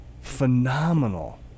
phenomenal